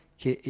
che